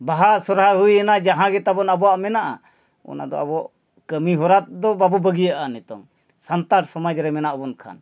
ᱵᱟᱦᱟ ᱥᱚᱦᱚᱨᱟᱭ ᱦᱩᱭᱮᱱᱟ ᱡᱟᱦᱟᱸ ᱜᱮ ᱛᱟᱵᱚᱱ ᱟᱵᱚᱣᱟᱜ ᱢᱮᱱᱟᱜᱼᱟ ᱚᱱᱟ ᱫᱚ ᱟᱵᱚ ᱠᱟᱹᱢᱤ ᱦᱚᱨᱟ ᱫᱚ ᱵᱟᱵᱚ ᱵᱟᱹᱜᱤᱭᱟᱜᱼᱟ ᱱᱤᱛᱚᱝ ᱥᱟᱱᱛᱟᱲ ᱥᱚᱢᱟᱡᱽ ᱨᱮ ᱢᱮᱱᱟᱜ ᱵᱚᱱ ᱠᱷᱟᱱ